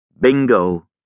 Bingo